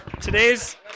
Today's